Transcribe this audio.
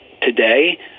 Today